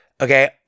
Okay